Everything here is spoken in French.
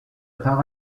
par